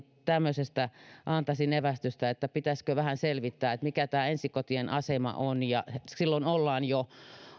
tämmöisestä antaisin evästystä että pitäisikö vähän selvittää mikä ensikotien asema on silloin ollaan jo